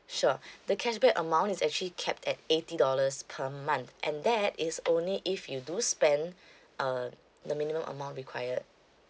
sure the cashback amount is actually capped at eighty dollars per month and that is only if you do spend uh the minimum amount required